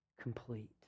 complete